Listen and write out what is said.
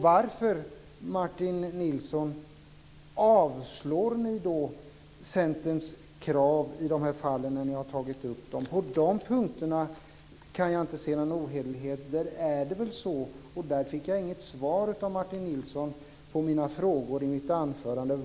Varför, Martin Nilsson, avslår ni Centerns krav i de här fallen när ni har tagit upp dem? På de punkterna kan jag inte se någon ohederlighet. Jag fick inte heller något svar av Martin Nilsson på mina frågor i mitt anförande.